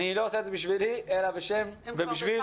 אני לא עושה את זה בשבילי אלא בשביל מאות